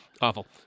Awful